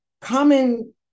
common